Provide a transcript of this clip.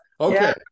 Okay